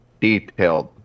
detailed